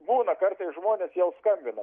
būna kartais žmonės jau skambina